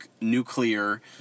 nuclear